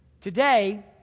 Today